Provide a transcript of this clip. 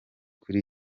kuri